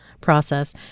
process